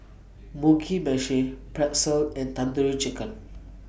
Mugi Meshi Pretzel and Tandoori Chicken